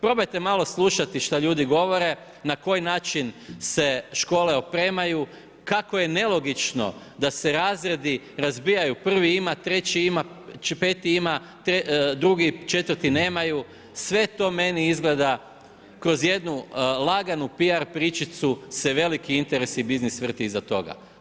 Probajte malo slušati šta ljudi govore, na koji način se škole opremaju, kako je nelogično, da se razredi razbijaju, prvi ima, treći ima, peti ima, drugi i četvrti nemaju, sve to meni izgleda kroz jednu laganu PR pričicu se veliki interes i biznis vrti iza toga.